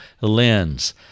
lens